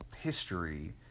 history